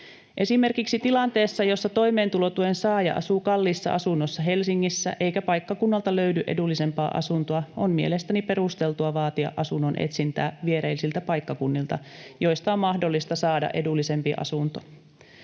Esimerkiksi tilanteessa, jossa toimeentulotuen saaja asuu kalliissa asunnossa Helsingissä eikä paikkakunnalta löydy edullisempaa asuntoa, on mielestäni perusteltua vaatia asunnon etsintää viereisiltä paikkakunnilta, joilta on mahdollista saada edullisempi asunto.